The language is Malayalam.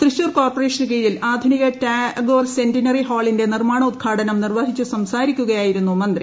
കൃശ്രൂർ കോർപറേഷന് കീഴിൽ ആധുനിക ടാഗോർ സെന്റിനറി ് പ്റ്റ്ളിന്റെ നിർമാണോദ്ഘാടനം നിർവഹിച്ചു സംസാരിക്കുകയായിരൂന്നു് മന്ത്രി